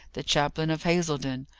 the chaplain of hazledon.